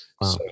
Wow